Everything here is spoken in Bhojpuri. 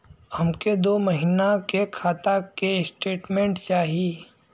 हमके दो महीना के खाता के स्टेटमेंट चाही?